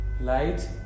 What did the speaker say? Lights